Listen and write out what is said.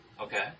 Okay